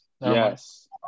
Yes